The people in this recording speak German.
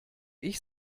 ich